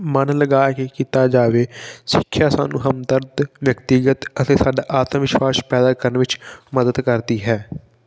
ਮਨ ਲਗਾ ਕੇ ਕੀਤਾ ਜਾਵੇ ਸਿੱਖਿਆ ਸਾਨੂੰ ਹਮਦਰਦ ਵਿਅਕਤੀਗਤ ਅਤੇ ਸਾਡਾ ਆਤਮ ਵਿਸ਼ਵਾਸ ਪੈਦਾ ਕਰਨ ਵਿੱਚ ਮਦਦ ਕਰਦੀ ਹੈ